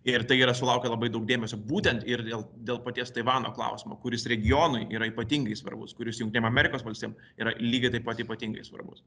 ir tai yra sulaukia labai daug dėmesio būtent ir dėl dėl paties taivano klausimo kuris regionui yra ypatingai svarbus kuris jungtinėm amerikos valstijom yra lygiai taip pat ypatingai svarbus